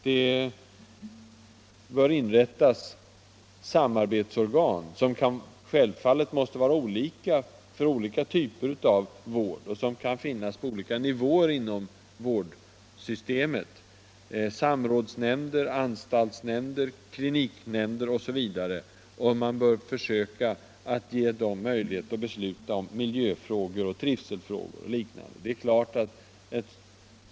Det bör inrättas samarbetsorgan, som självfallet måste vara olika för skilda typer av vård, och som kan finnas på olika nivåer inom vårdsystemet — samrådsnämnder, anstaltsnämnder, kliniknämnder osv. Man bör ge dem möjlighet att besluta om miljöfrågor, trivselfrågor och liknande.